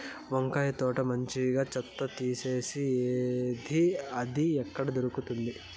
వంకాయ తోట మంచిగా చెత్త తీసేది ఏది? అది ఎక్కడ దొరుకుతుంది?